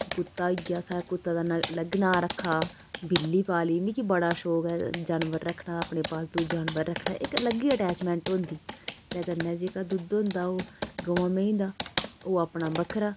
ते कुत्ता होई गेआ असें कुत्ता दा अलग नांऽ रक्खे दा बिल्ली पाल्ली मिगी बड़ा शौक ऐ जानवर रक्खने दा अपने पालतू जानवर रक्खने दा इक अलग ही अटैचमेंट होंदी ते कन्नै जेह्का दुद्ध होंदा ओह् गवां मेंही दा ओह् अपना बक्खरा